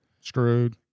screwed